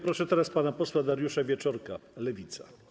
Proszę pana posła Dariusza Wieczorka, Lewica.